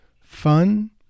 fun